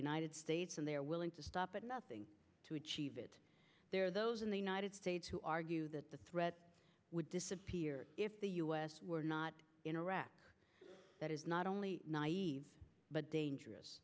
united states and they are willing to stop at nothing to achieve it there are those in the united states who argue that the threat would disappear if the u s were not in iraq that is not only naive but dangerous